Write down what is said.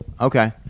Okay